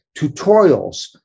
tutorials